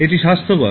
এটি স্বাস্থ্যকর